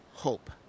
hope